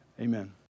Amen